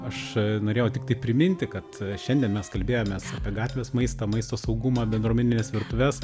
aš norėjau tiktai priminti kad šiandien mes kalbėjomės apie gatvės maistą maisto saugumą bendruomenines virtuves